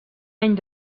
any